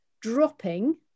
dropping